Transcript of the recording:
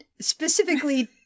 specifically